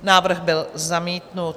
Návrh byl zamítnut.